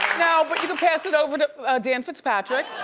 no, but you could pass it over to dan fitzpatrick.